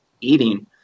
eating